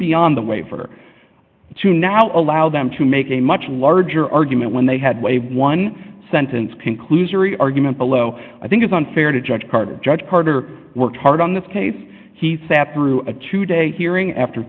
beyond the waiver to now allow them to make a much larger argument when they had a one sentence conclusory argument below i think it's unfair to judge hard judge carter worked hard on this case he sat through a two day hearing after